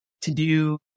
to-do